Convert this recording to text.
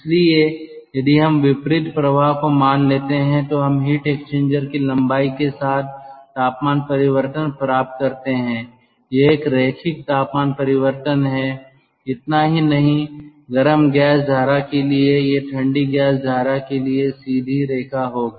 इसलिए यदि हम विपरीत प्रवाह को मान लेते हैं तो हम हीट एक्सचेंजर की लंबाई के साथ तापमान परिवर्तन प्राप्त करते हैं यह एक रैखिक तापमान परिवर्तन है इतना ही नहीं गर्म गैस धारा के लिए यह ठंडी गैस धारा के लिए सीधी रेखा होगी